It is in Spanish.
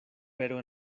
pero